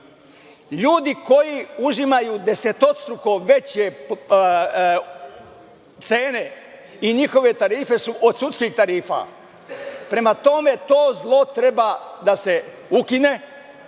ljudi koji uzimaju desetostruko veće cene i njihove tarife su od sudskih tarifa. Prema tome, to zlo treba da se ukine,